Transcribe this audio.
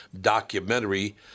documentary